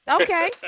Okay